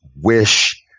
wish